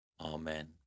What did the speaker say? Amen